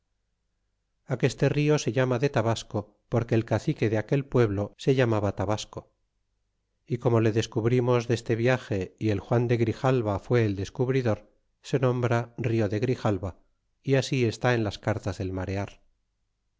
aqueste vio se llama de tabasco porque el cacique de aquel pueblo se llamaba tabasco y como le descubrimos dest e viage y el juan de grijalva fue el descubridor se nombra rio de grijalva y así está en las cartas del marear